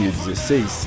2016